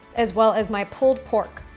as well as my pulled pork.